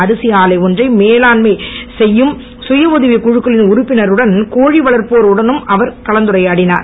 அரிசி ஆலை ஒன்றை மேலாண்மை செய்யும் சுயடதவிக் குழுக்களின் உறுப்பினருடனும் கோழி வளர்ப்போர் உடனும் அவர் கலந்துரையாடினார்